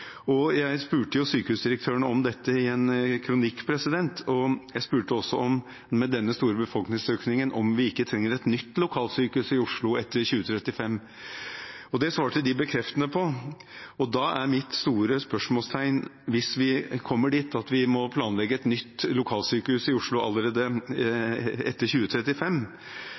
Jeg spurte sykehusdirektørene om dette i en kronikk, og jeg spurte også om vi med denne store befolkningsøkningen ikke trenger et nytt lokalsykehus i Oslo etter 2035. Det svarte de bekreftende på. Da er mitt store spørsmål, hvis vi kommer dit at vi må planlegge et nytt lokalsykehus i Oslo allerede etter 2035: